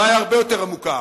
הבעיה הרבה יותר עמוקה.